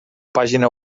pàgina